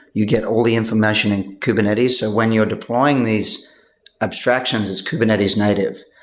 you get all the information in kubernetes. so when you're deploying these abstractions, it's kubernetes native.